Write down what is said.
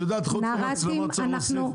חוץ מהמצלמות, את יודעת מה עוד צריך להוסיף?